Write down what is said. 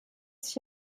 sich